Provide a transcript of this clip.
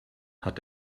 hat